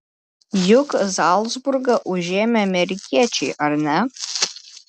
juk zalcburgą užėmė amerikiečiai ar ne